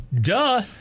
duh